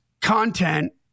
content